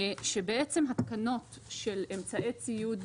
כשבעצם התקנות של אמצעי ציוד,